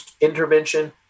intervention